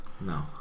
No